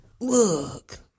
look